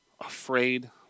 afraid